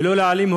ולא להעלים,